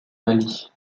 mali